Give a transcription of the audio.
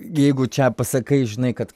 jeigu čia pasakai žinai kad